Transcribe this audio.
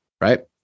right